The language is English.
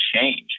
change